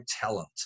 talent